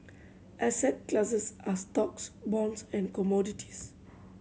asset classes are stocks bonds and commodities